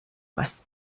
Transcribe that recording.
was